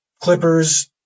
Clippers